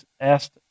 asked